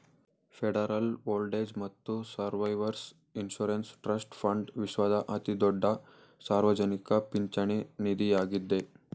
federal old age ಮತ್ತು survivors insurance trust fund ವಿಶ್ವದ ಅತಿದೊಡ್ಡ ಸಾರ್ವಜನಿಕ ಪಿಂಚಣಿ ನಿಧಿಯಾಗಿದ್ದೆ